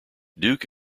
duke